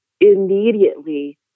immediately